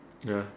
ya